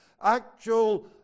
actual